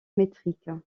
métrique